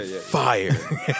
Fire